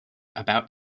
about